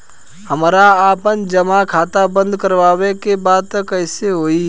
हमरा आपन जमा खाता बंद करवावे के बा त कैसे होई?